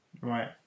Right